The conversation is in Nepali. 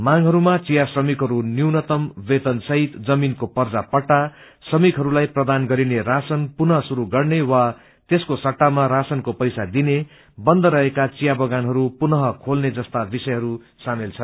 मांगहरूमा चिया श्रमिकहरूको न्यूनतम वेतन सहित जमीनको पर्जा पट्टा श्रमिकहरूलाई प्रवान गरिने राशन पुनः श्रुरू गर्ने वा त्यसको सट्टाया राशिनको पैसा दिने बन्द रहेका विया बगानहरू पुनः खोल्ने जस्ता विषयहरू शामेल छन्